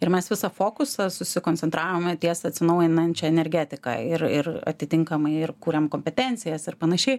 ir mes visą fokusą susikoncentravome ties atsinaujinančia energetika ir ir atitinkamai ir kuriam kompetencijas ir panašiai